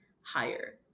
higher